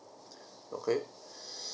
okay